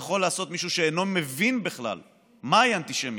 יכול לעשות מישהו שאינו מבין בכלל מהי אנטישמיות,